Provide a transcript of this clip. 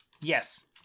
Yes